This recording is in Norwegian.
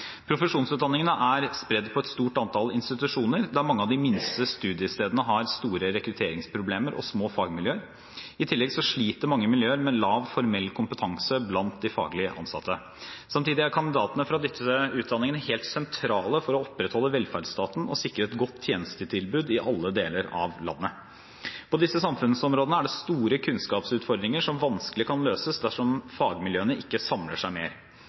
Profesjonsutdanningene er spredd på et stort antall institusjoner, der mange av de minste studiestedene har store rekrutteringsproblemer og små fagmiljøer. I tillegg sliter mange miljøer med lav formell kompetanse blant de faglig ansatte. Samtidig er kandidatene fra disse utdanningene helt sentrale for å opprettholde velferdsstaten og sikre et godt tjenestetilbud i alle deler av landet. På disse samfunnsområdene er det store kunnskapsutfordringer som vanskelig kan løses dersom fagmiljøene ikke samler seg mer.